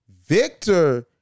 Victor